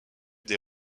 des